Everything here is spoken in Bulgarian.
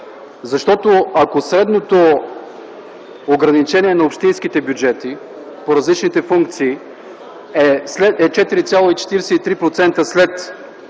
защото, ако средното ограничение на общинските бюджети по различните пункции е 4,43%, след